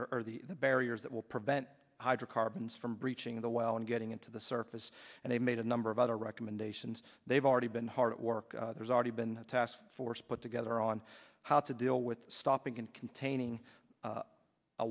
prevent the barriers that will prevent hydrocarbons from reaching the well and getting into the surface and they've made a number of other recommendations they've already been hard at work there's already been a task force put together on how to deal with stopping and containing